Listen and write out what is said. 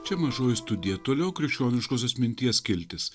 čia mažoji studija toliau krikščioniškosios minties skiltis